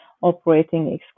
operating